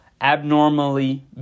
abnormally